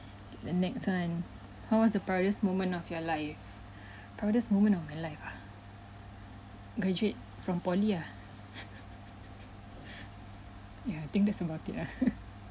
the next one what was the proudest moment of your life proudest moment of my life ah graduate from poly ah ya I think that's about it ah